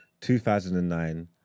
2009